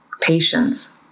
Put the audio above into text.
patience